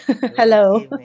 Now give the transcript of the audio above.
Hello